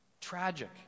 tragic